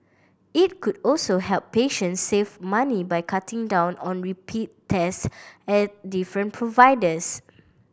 it could also help patients save money by cutting down on repeat tests at different providers